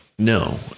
No